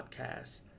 podcast